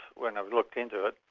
when i've looked into it,